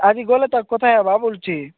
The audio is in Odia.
ଆଜି ଗଲେ ତାକୁ କଥା ହେବା କହୁଛି